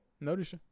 notice